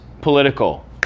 political